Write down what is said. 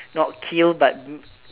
not kill but